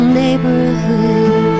neighborhood